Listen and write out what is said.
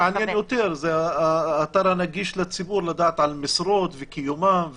מה שמעניין יותר זה האתר שנגיש לציבור כדי שיידע על משרות וקיומן.